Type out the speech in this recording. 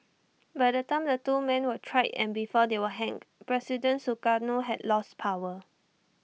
by the time the two man were tried and before they were hanged president Sukarno had lost power